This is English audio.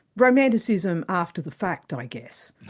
romanticism after the fact, i guess.